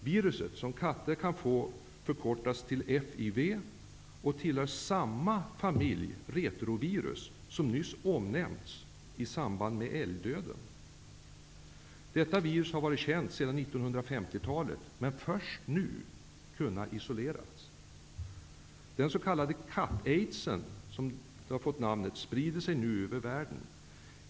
Viruset som katter kan få förkortas FIV och tillhör samma familj retrovirus som nyss omnämnts i samband med älgdöden. Detta virus har varit känt sedan 1950-talet, men först nu har det kunnat isoleras. Denna s.k. katt-aids sprider sig nu över världen.